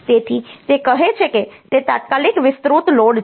તેથી તે કહે છે કે તે તાત્કાલિક વિસ્તૃત લોડ છે